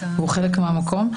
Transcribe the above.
והוא חלק מהמקום.